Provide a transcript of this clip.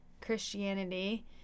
Christianity